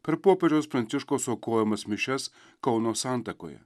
per popiežiaus pranciškaus aukojamas mišias kauno santakoje